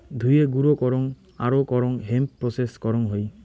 ধুয়ে, গুঁড়ো করং আরো করং হেম্প প্রেসেস করং হই